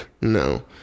No